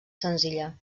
senzilla